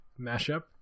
mashup